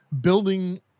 building